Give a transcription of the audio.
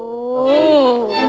ohhh,